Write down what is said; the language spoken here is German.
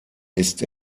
ist